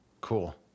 cool